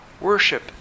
worship